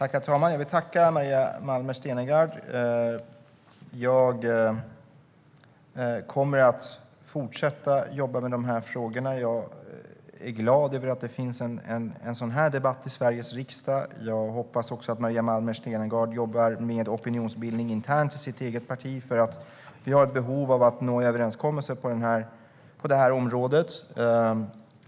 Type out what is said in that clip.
Herr talman! Jag vill tacka Maria Malmer Stenergard. Jag kommer att fortsätta jobba med de här frågorna. Jag är glad över att det förs en sådan här debatt i Sveriges riksdag. Jag hoppas att Maria Malmer Stenergard jobbar med opinionsbildning internt i sitt eget parti, för vi har ett behov av att nå överenskommelser på det här området.